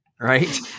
Right